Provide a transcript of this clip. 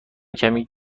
کمی